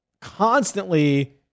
constantly